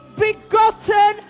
begotten